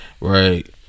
Right